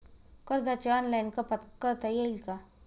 कर्जाची ऑनलाईन कपात करता येईल का?